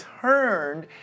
turned